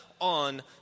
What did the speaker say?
on